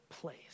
place